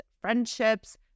friendships